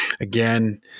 again